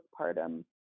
postpartum